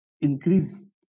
increase